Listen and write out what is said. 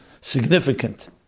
significant